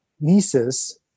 nieces